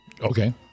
Okay